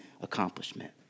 accomplishment